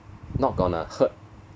not going to hurt